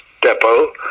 depot